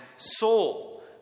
Soul